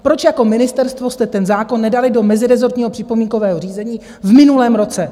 Proč jako ministerstvo jste ten zákon nedali do mezirezortního připomínkového řízení v minulém roce?